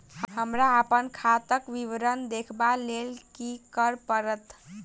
हमरा अप्पन खाताक विवरण देखबा लेल की करऽ पड़त?